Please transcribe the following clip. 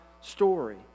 story